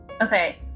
Okay